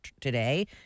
today